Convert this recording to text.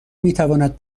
میتواند